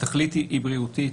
והתכלית היא בריאותית,